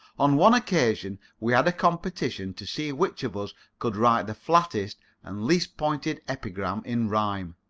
on one occasion we had a competition to see which of us could write the flattest and least pointed epigram in rhyme.